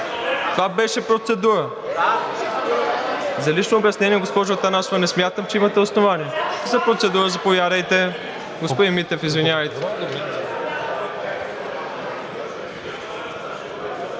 Това беше процедура. За лично обяснение, госпожо Атанасова, не смятам, че имате основания. За процедура – заповядайте. Господин Митев, извинявайте.